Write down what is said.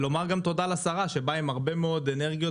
ולומר גם תודה לשרה שבאה עם הרבה מאוד אנרגיות